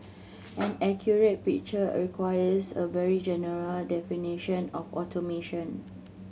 an accurate picture requires a very general definition of automation